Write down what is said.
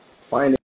finding